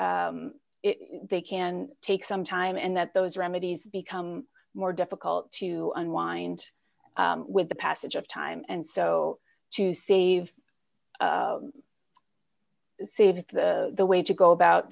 they can take some time and that those remedies become more difficult to unwind with the passage of time and so to save save it the way to go about